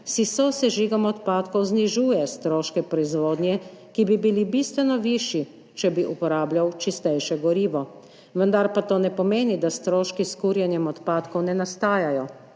s sosežigom odpadkov znižuje stroške proizvodnje, ki bi bili bistveno višji, če bi uporabljal čistejše gorivo. Vendar pa to ne pomeni, da stroški s kurjenjem odpadkov ne nastajajo.